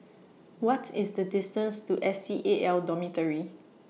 What IS The distance to S C A L Dormitory